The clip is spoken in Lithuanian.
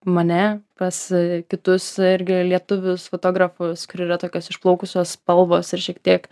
mane pas kitus irgi lietuvius fotografus kurių yra tokios išplaukusios spalvos ir šiek tiek